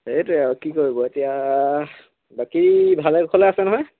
সেইটোৱে আৰু কি কৰিব এতিয়া বাকী ভালে কুশলে আছে নহয়